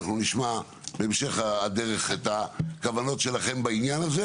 נשמע בהמשך הדרך את הכוונות שלכם בעניין הזה.